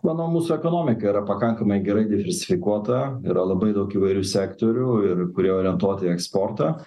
manau mūsų ekonomika yra pakankamai gerai diversifikuota yra labai daug įvairių sektorių ir kurie orientuoti į eksportą